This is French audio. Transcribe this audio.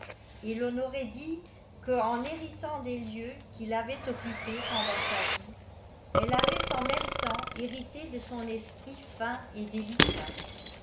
et l'on aurait dit que en héritant des lieux qu'il avait occupés pendant sa vie elle avait en même temps hérité de son esprit fin et délicat